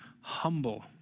humble